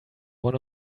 one